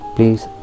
Please